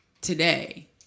today